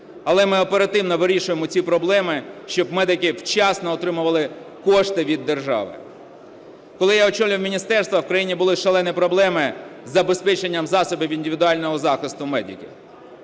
але ми оперативно вирішуємо ці проблеми, щоб медики вчасно отримували кошти від держави. Коли я очолив міністерство, в країні були шалені проблеми із забезпеченням засобів індивідуального захисту медиків.